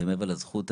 ומעבר לזכות,